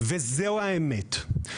וזאת האמת.